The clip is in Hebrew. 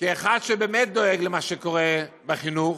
כאחד שבאמת דואג למה שקורה בחינוך,